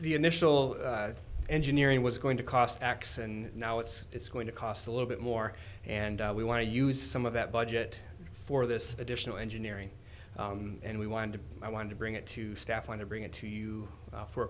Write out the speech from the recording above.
the initial engineering was going to cost x and now it's it's going to cost a little bit more and we want to use some of that budget for this additional engineering and we wanted to i wanted to bring it to staff and to bring it to you for